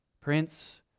Prince